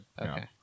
Okay